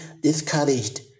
discouraged